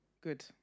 Good